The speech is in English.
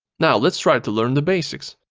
now let's try to learn the basics.